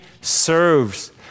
serves